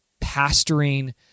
pastoring